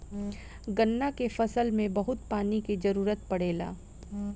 गन्ना के फसल में बहुत पानी के जरूरत पड़ेला